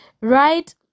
right